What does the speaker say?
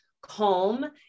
calm